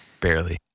Barely